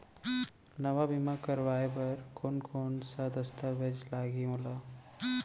नवा बीमा करवाय बर कोन कोन स दस्तावेज लागही मोला?